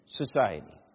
society